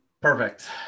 Perfect